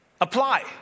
apply